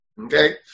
Okay